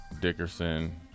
Dickerson